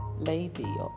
lady